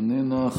איננה.